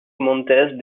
montes